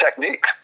technique